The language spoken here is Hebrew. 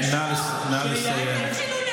אל תתחילו להתפזר יותר מדי.